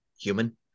human